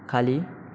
खाली